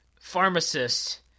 pharmacist